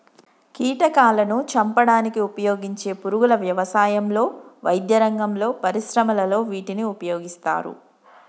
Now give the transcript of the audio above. కీటకాలాను చంపడానికి ఉపయోగించే పురుగుల వ్యవసాయంలో, వైద్యరంగంలో, పరిశ్రమలలో వీటిని ఉపయోగిస్తారు